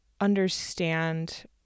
understand